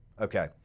Okay